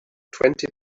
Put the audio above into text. twenty